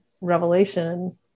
Revelation